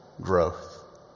growth